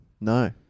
No